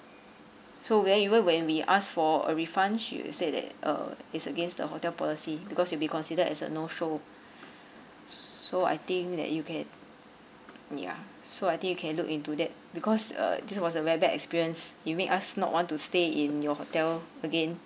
so when even when we asked for a refund she'd said that uh it's against the hotel policy because you'll be considered as a no show so I think that you can ya so I think you can look into that because uh this was a very bad experience it make us not want to stay in your hotel again